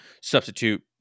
substitute